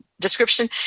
description